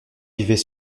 vivait